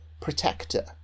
protector